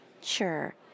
Sure